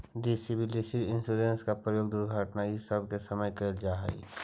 disability insurance के प्रयोग दुर्घटना इ सब के समय कैल जा हई